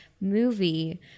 movie